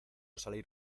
salir